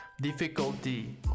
difficulty